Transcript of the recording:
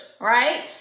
right